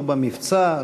לא במבצע,